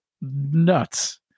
nuts